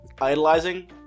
idolizing